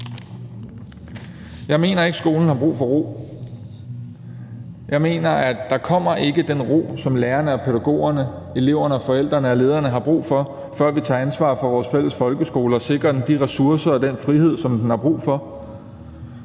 Jeg mener ikke, at skolen kun har brug for ro. Jeg mener ikke, at den ro, som lærerne og pædagogerne, eleverne, forældrene og lederne har brug for, kommer, før vi tager ansvar for vores fælles folkeskole og sikrer den de ressourcer og den frihed, som den har brug for.